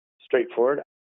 straightforward